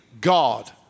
God